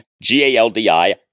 G-A-L-D-I